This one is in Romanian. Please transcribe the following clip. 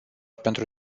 pentru